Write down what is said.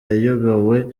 yayobowe